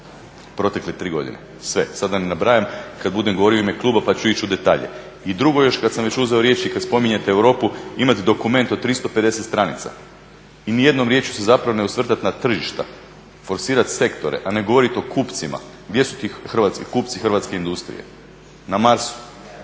protekle tri godine, sve. Sad da ne nabrajam, kad budem govorio u ime kluba pa ću ići u detalje. I drugu još, kad sam već uzeo riječ, i kad spominjete Europu imat dokument od 350 stranica i ni jednom riječju se zapravo ne osvrtat na tržišta, forsirat sektore a ne govorit o kupcima, gdje su ti kupci hrvatske industrije, na marsu?